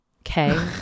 Okay